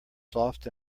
soft